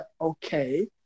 okay